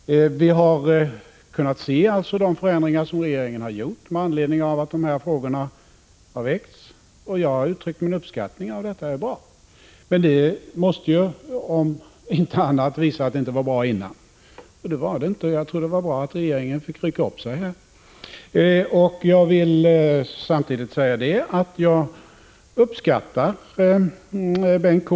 Vi har kunnat se de förändringar som regeringen har gjort med anledning av att dessa frågor har väckts, och jag har uttryckt min uppskattning av detta. Om inte annat visar det att situationen inte var tillfredsställande tidigare, och det var bra att regeringen fick rycka upp sig. Jag uppskattar Bengt K.